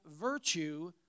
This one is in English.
virtue